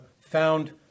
found